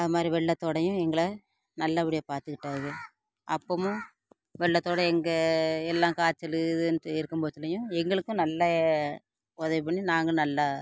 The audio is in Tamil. அந்த மாதிரி வெள்ளத்தோடையும் எங்களை நல்லபடியாக பார்த்துக்கிட்டாக அப்போவும் வெள்ளத்தோட இங்கே எல்லாம் காய்ச்சல் இதுன்ட்டு இருக்கும்போதுலேயும் எங்களுக்கும் நல்ல உதவி பண்ணி நாங்களும் நல்லா